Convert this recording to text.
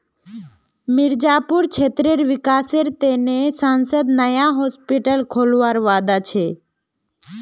मिर्जापुर क्षेत्रेर विकासेर त न सांसद नया हॉस्पिटल खोलवार वादा छ